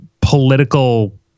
political